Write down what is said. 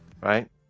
right